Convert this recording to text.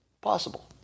possible